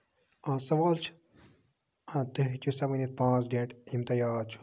آ سَوال چھُ آ تُہۍ ہیٚکِو سا ؤنِتھ پانٛژھ ڈیٹ یِم تۄہہِ یاد چھَو